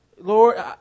Lord